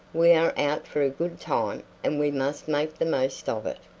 we are out for a good time and we must make the most of it.